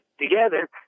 together